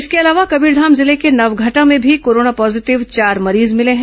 इसके अलावा कबीरधाम जिले के नवघटा में भी कोरोना पॉजीटिव चार मरीज मिले हैं